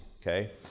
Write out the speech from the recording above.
okay